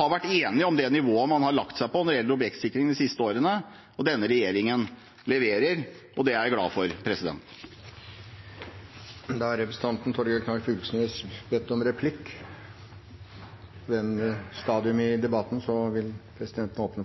har vært enige om det nivået man har lagt seg på når det gjelder objektsikring de siste årene, og denne regjeringen leverer, og det er jeg glad for. Da har representanten Torgeir Knag Fylkesnes bedt om replikk. På dette stadiet i debatten vil presidenten åpne